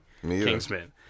Kingsman